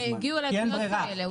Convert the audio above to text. הגיעו אליי תלונות כאלה.